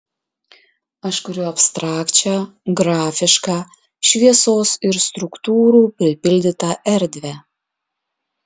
aš kuriu abstrakčią grafišką šviesos ir struktūrų pripildytą erdvę